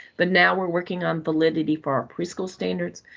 but now we're working on validity for our preschool standards.